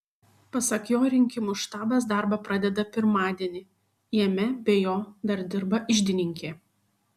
pasak jo rinkimų štabas darbą pradeda pirmadienį jame be jo dar dirba iždininkė